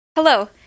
Hello